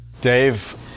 Dave